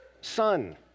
Son